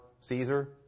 Caesar